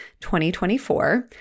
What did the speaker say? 2024